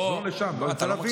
לא, אתה לא מקשיב.